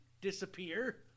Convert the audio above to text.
Disappear